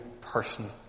person